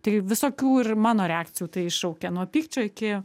tai visokių ir mano reakcijų tai iššaukia nuo pykčio iki